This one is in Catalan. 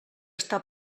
està